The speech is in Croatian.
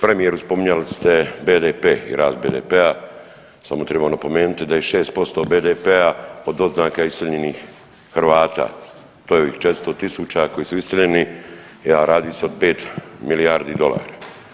Premijeru, spominjali ste BDP i rast BDP-a, samo trebam napomenuti da je 6% BDP-a od doznaka iseljenih Hrvata, to je ovih 400 tisuća koji su iseljeni, a radi se o 5 milijardi dolara.